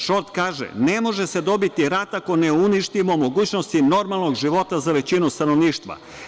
Šort kaže - ne može se dobiti rat ako ne uništimo mogućnosti normalnog života za većinu stanovništva.